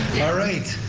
alright,